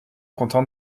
content